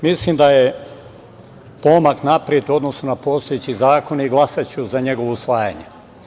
Mislim da je pomak napred u odnosu na postojeći zakon i glasaću za njegovo usvajanje.